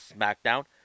SmackDown